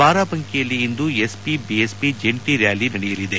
ಬಾರಾಬಂಕಿಯಲ್ಲಿ ಇಂದು SP BSP ಜಂಟಿ ರ್ಕಾಲಿ ನಡೆಯಲಿದೆ